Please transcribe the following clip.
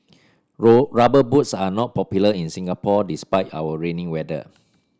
rubber boots are not popular in Singapore despite our rainy weather